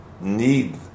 need